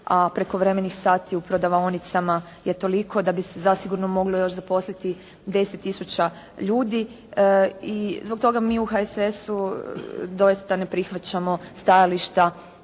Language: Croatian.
a prekovremenih sati u prodavaonicama je toliko da bi se zasigurno moglo još zaposliti 10 tisuća ljudi. I zbog toga mi u HSS-u doista ne prihvaćamo stajališta